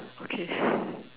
okay